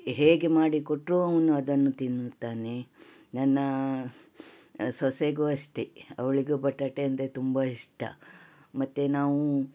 ಹೇಗೆ ಮಾಡಿ ಕೊಟ್ಟರು ಅವನು ಅದನ್ನು ತಿನ್ನುತ್ತಾನೆ ನನ್ನ ಸೊಸೆಗೂ ಅಷ್ಟೇ ಅವಳಿಗೂ ಬಟಾಟೆ ಅಂದರೆ ತುಂಬ ಇಷ್ಟ ಮತ್ತು ನಾವು